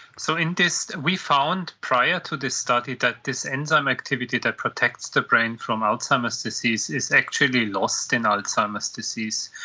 so in this we found prior to this study that this enzyme activity that protects the brain from alzheimer's disease is actually lost in alzheimer's disease.